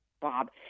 Bob